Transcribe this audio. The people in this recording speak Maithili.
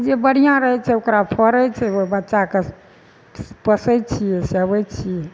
जे बढ़ियाँ रहै छै ओकरा फरै छै ओ बच्चा के पोसै छियै सेबै छियै